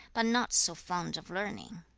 but not so fond of learning